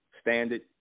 standard